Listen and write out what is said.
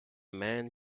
man